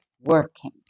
working